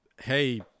hey